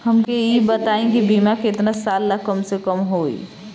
हमके ई बताई कि बीमा केतना साल ला कम से कम होई?